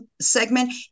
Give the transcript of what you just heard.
segment